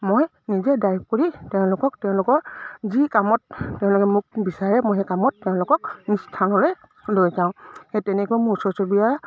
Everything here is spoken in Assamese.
মই নিজে ড্ৰাইভ কৰি তেওঁলোকক তেওঁলোকৰ যি কামত তেওঁলোকে মোক বিচাৰে মই সেই কামত তেওঁলোকক স্থানলৈ লৈ যাওঁ সেই তেনেকৈ মোৰ ওচৰ চুবুৰীয়া